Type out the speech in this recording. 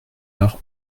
heure